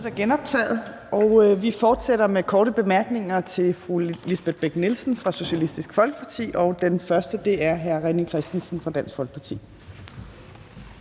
er genoptaget. Vi fortsætter med korte bemærkninger til fru Lisbeth Bech-Nielsen fra Socialistisk Folkeparti. Den første er hr. René Christensen fra Dansk Folkeparti.